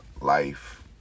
life